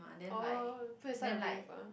oh put inside a wave ah